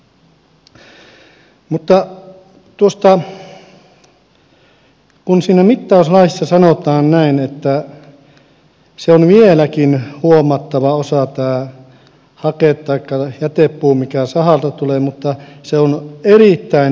mutta tuosta kun siinä mittauslaissa sanotaan näin että se on vieläkin huomattava osa tämä hake taikka jätepuu mikä sahalta tulee niin se on erittäin huomattava osa